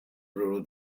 rule